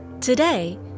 Today